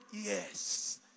yes